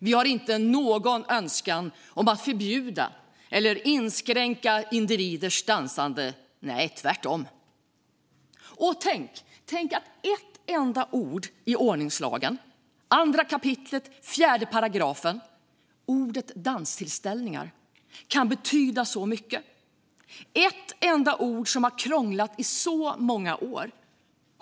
Vi har inte någon önskan om att förbjuda eller inskränka individers dansande - nej, tvärtom. Tänk att ett enda ord i ordningslagen 2 kap. 4 §, ordet danstillställningar, kan betyda så mycket. Det är ett enda ord som har krånglat i så många år.